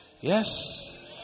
Yes